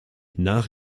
nach